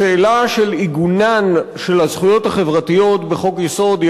השאלה של עיגונן של הזכויות החברתיות בחוק-יסוד היא